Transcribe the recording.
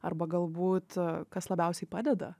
arba galbūt kas labiausiai padeda